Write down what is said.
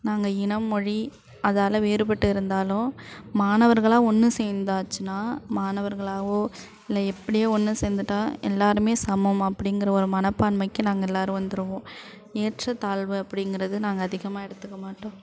நாங்கள் இனம் மொழி அதால் வேறுபட்டு இருந்தாலும் மாணவர்களாக ஒன்று சேர்ந்தாச்சின்னா மாணவர்களாகவோ இல்லை எப்படியோ ஒன்று சேர்ந்துட்டா எல்லோருமே சமம் அப்படிங்கிற ஒரு மனப்பான்மைக்கு நாங்கள் எல்லோரும் வந்துடுவோம் ஏற்றத் தாழ்வு அப்படிங்கறது நாங்கள் அதிகமாக எடுத்துக்க மாட்டோம்